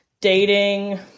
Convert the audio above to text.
dating